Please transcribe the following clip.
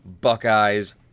Buckeyes